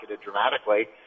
dramatically